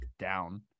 down